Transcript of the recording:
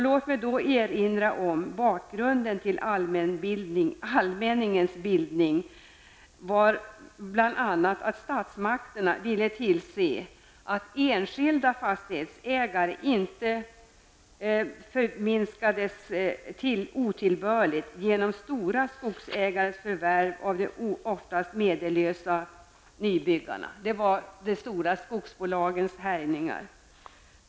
Låt mig erinra om att bakgrunden till allmänningsbildningen bl.a. var att statsmakterna ville tillse att enskilda fastigheter inte förminskades otillbörligt genom stora skogsägares förvärv från de oftast medellösa nybyggarna. Det var de stora skogsbolagens härjningar som föranledde detta.